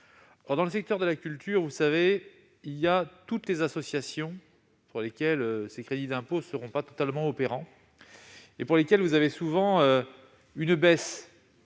Dans le secteur de la culture, vous le savez, il y a toutes sortes d'associations pour lesquelles ces crédits d'impôt ne seront pas totalement opérants. Or ces associations enregistrent souvent une baisse